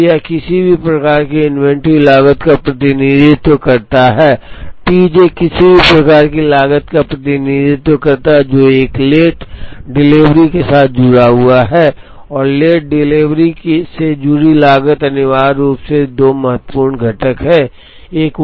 इसलिए यह किसी प्रकार की इन्वेंट्री लागत का प्रतिनिधित्व करता है टी जे किसी प्रकार की लागत का प्रतिनिधित्व करता है जो एक लेट डिलीवरी के साथ जुड़ा हुआ है और लेट डिलीवरी से जुड़ी लागत अनिवार्य रूप से 2 महत्वपूर्ण घटक हैं